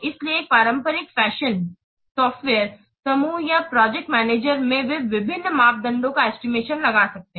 इसलिए एक पारंपरिक फैशन सॉफ्टवेयर समूह या प्रोजेक्ट मेनेजर में वे विभिन्न मापदंडों का एस्टिमेशन लगा सकते हैं